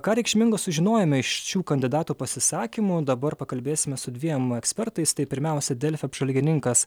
ką reikšmingo sužinojome iš šių kandidatų pasisakymų dabar pakalbėsime su dviem ekspertais tai pirmiausia delfi apžvalgininkas